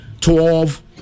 twelve